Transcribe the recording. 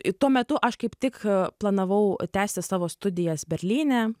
į tuo metu aš kaip tik planavau tęsti savo studijas berlyne